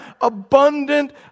abundant